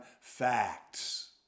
facts